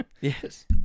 Yes